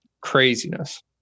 craziness